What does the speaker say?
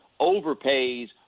overpays